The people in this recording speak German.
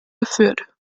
geführt